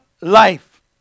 Life